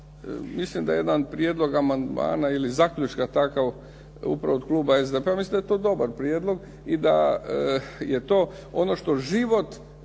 mislim da je jedan prijedlog amandmana ili zaključka takav upravo od kluba SDP-a, mislim da je to dobar prijedlog i da je to ono što život